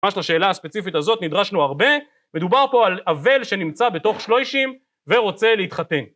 ממש לשאלה הספציפית הזאת נדרשנו הרבה מדובר פה על אבל שנמצא בתוך שלושים ורוצה להתחתן